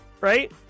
right